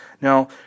Now